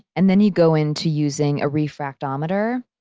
and then you go into using a refractometer,